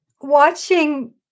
watching